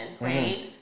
right